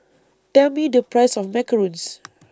Tell Me The Price of Macarons